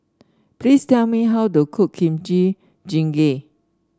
please tell me how to cook Kimchi Jjigae